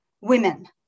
women